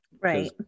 Right